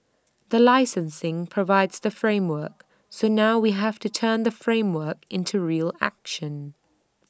the licensing provides the framework so now we have to turn the framework into real action